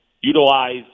utilize